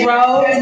Road